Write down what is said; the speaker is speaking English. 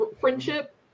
friendship